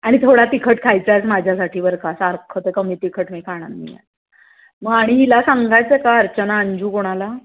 आणि थोडा तिखट खायचा आहे आज माझ्यासाठी बरं का सारखं ते कमी तिखट मी खाणार नाही आहे मग आणि हिला सांगायचं आहे का अर्चना अंजू कोणाला